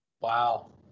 Wow